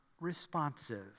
responsive